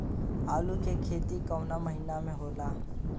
आलू के खेती कवना महीना में होला?